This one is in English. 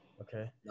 okay